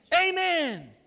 Amen